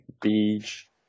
beach